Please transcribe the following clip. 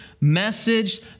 message